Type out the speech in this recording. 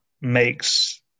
makes